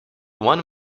one